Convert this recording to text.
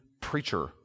preacher